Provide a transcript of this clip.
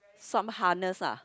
some harness ah